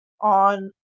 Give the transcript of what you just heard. on